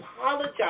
apologize